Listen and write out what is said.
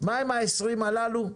מה עם ה-20 הללו?